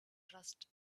trust